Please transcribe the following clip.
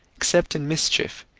except in mischief,